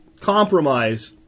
compromise